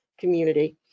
community